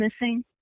missing